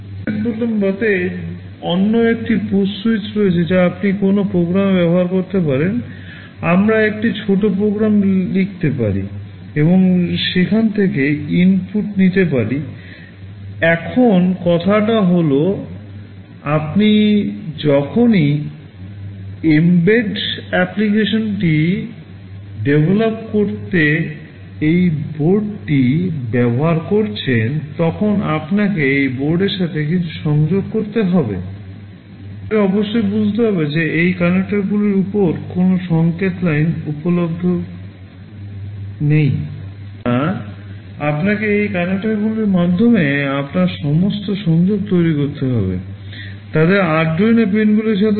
reset বোতাম বাদে অন্য একটি পুশ সুইচ পিনগুলি ব্যবহার করতে হতে পারে